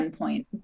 endpoint